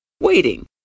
waiting